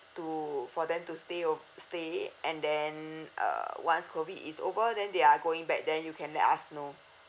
to for them to stay will stay and then uh once COVID is over then they are going back then you can let us know